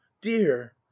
dear